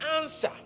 answer